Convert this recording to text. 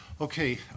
Okay